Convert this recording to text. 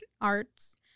arts